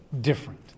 different